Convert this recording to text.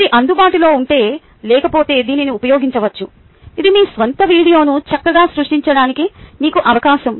ఇది అందుబాటులో ఉంటే లేకపోతే దీనిని ఉపయోగించవచ్చు ఇది మీ స్వంత వీడియోను చక్కగా సృష్టించడానికి మీకు అవకాశం